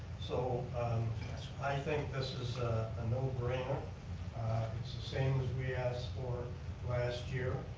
so i think this is a no-brainer. it's the same we asked for last year,